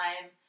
time